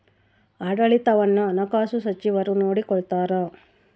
ಆಡಳಿತವನ್ನು ಹಣಕಾಸು ಸಚಿವರು ನೋಡಿಕೊಳ್ತಾರ